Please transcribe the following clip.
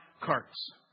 carts